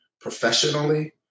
professionally